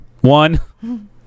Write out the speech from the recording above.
One